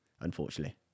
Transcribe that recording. unfortunately